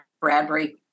Bradbury